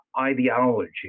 ideology